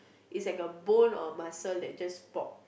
is like a bone or muscle that just pop